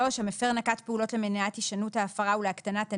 המפר נקט פעולות למניעת הישנות ההפרה ולהקטנת הנזק,